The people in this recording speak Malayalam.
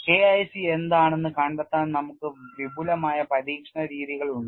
K I C എന്താണെന്ന് കണ്ടെത്താൻ നമ്മൾക്ക് വിപുലമായ പരീക്ഷണ രീതികൾ ഉണ്ടായിരുന്നു